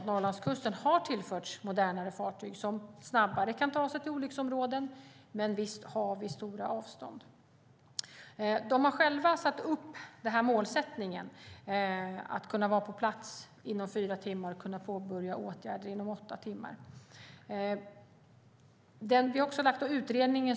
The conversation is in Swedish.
Norrlandskusten har tillförts modernare fartyg som snabbare kan ta sig till olycksområden, men visst är det stora avstånd. Kustbevakningen har själv satt upp målet att kunna vara på plats inom fyra timmar och kunna påbörja åtgärder inom åtta timmar.